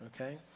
okay